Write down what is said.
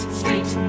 street